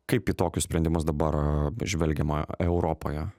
kaip į tokius sprendimus dabar a žvelgiama europoje